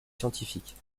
scientifiques